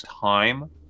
time